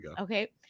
Okay